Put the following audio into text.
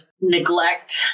neglect